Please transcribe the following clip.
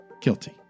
Guilty